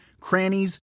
crannies